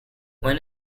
when